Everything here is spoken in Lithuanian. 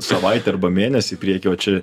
savaitę arba mėnesį į priekį o čia